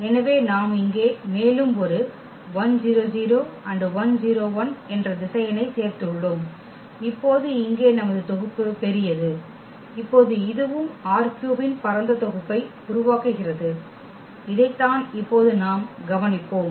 எனவே நாம் இங்கே மேலும் ஒரு என்ற திசையனைச் சேர்த்துள்ளோம் இப்போது இங்கே நமது தொகுப்பு பெரியது இப்போது இதுவும் ℝ3 இன் பரந்த தொகுப்பை உருவாக்குகிறது இதைத்தான் இப்போது நாம் கவனிப்போம்